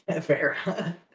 Fair